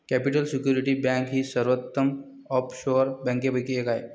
capital security bank ही सर्वोत्तम offshore बँकांपैकी एक आहे